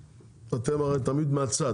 אתם הרי תמיד מהצד,